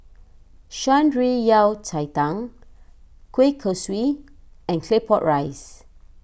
Shan Rui Yao Cai Tang Kueh Kosui and Claypot Rice